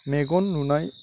मेगन नुनाय